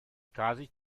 casi